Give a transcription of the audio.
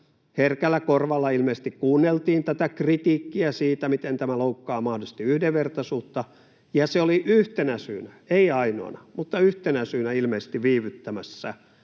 herkällä korvalla ilmeisesti kuunneltiin tätä kritiikkiä siitä, miten tämä mahdollisesti loukkaa yhdenvertaisuutta, ja se oli yhtenä syynä — ei ainoana mutta yhtenä syynä — ilmeisesti viivyttämässä